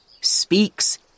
speaks